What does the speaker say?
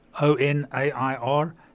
O-N-A-I-R